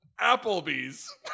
Applebee's